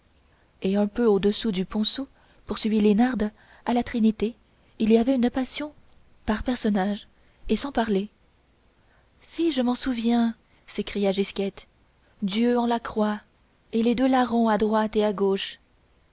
et un peu au-dessous du ponceau poursuivit liénarde à la trinité il y avait une passion par personnages et sans parler si je m'en souviens s'écria gisquette dieu en la croix et les deux larrons à droite et à gauche